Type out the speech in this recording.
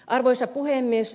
arvoisa puhemies